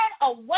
away